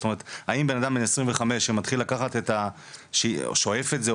זאת אומרת האם בנאדם בן 25 שמתחיל לשאוף את זה,